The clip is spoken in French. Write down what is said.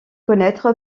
connaître